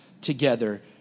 together